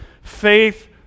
Faith